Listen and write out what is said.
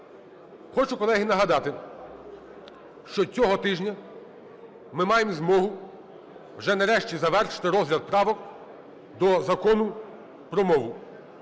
Хочу, колеги, нагадати, що цього тижня ми маємо змогу вже нарешті завершити розгляд правок до Закону про мову.